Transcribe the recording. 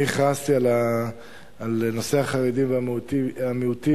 אני הכרזתי על נושא החרדים והמיעוטים